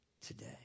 today